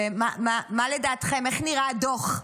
ומה דעתכם, איך נראה הדוח?